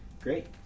Great